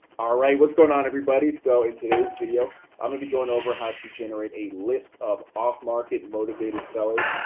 ah right, what's going on everybody? so in today's video i'm going to be going over how to generate a list of off market motivated sellers,